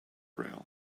rail